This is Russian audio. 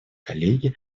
коллеги